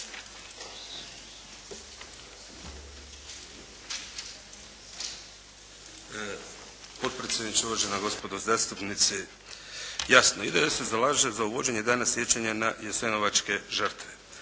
potpredsjedniče, uvažena gospodo zastupnici. Jasno IDS se zalaže za uvođenje Dana sjećanja na jasenovačke žrtve.